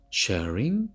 sharing